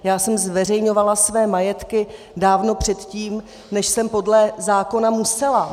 Já jsem zveřejňovala své majetky dávno předtím, než jsem podle zákona musela.